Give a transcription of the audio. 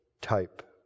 type